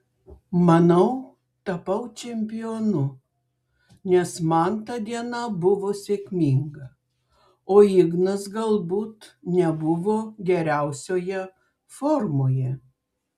manau tapau čempionu nes man ta diena buvo sėkminga o ignas galbūt nebuvo geriausioje formoje